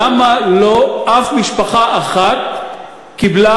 למה אף משפחה אחת לא קיבלה